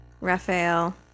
Raphael